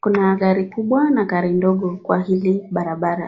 kuna gari kubwa na ndogo kwa hili barabara.